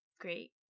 great